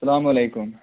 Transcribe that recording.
السلام علیکُم